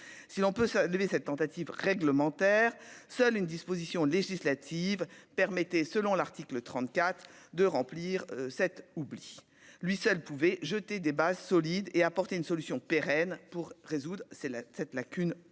si l'on peut se lever cette tentative réglementaire, seule une disposition législative permettait, selon l'article 34 de remplir cet oubli, lui seul pouvait jeter des bases solides et apporter une solution pérenne pour résoudre c'est là cette lacune